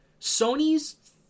Sony's